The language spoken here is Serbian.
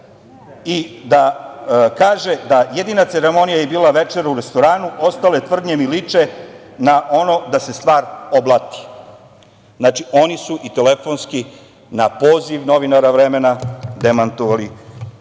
i kaže da jedina ceremonija je bila večera u restoranu. Ostale tvrdnje mi liče na ono da se stvar oblati. Znači, oni su i telefonski, na poziv novinara „Vremena“ demantovali